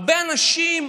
הרבה אנשים,